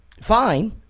fine